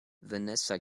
vanessa